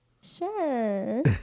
Sure